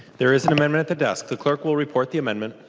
there is an amendment at the desk. the clerk will report the amendment.